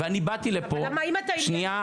ואני באתי לפה --- אבל אם אתה ענייני --- שנייה,